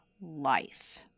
life